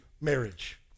marriage